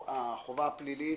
על החובה הפלילית.